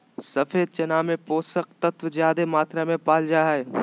सफ़ेद चना में पोषक तत्व ज्यादे मात्रा में पाल जा हइ